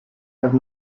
have